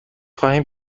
خواهیم